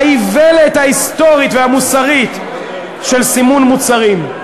באיוולת ההיסטורית והמוסרית של סימון מוצרים.